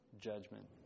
judgment